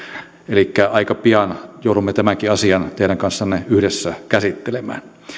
elikkä aika pian joudumme tämänkin asian teidän kanssanne yhdessä käsittelemään